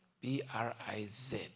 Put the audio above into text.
B-R-I-Z